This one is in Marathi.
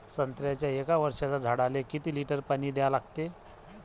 संत्र्याच्या एक वर्षाच्या झाडाले किती लिटर पाणी द्या लागते?